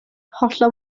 hollol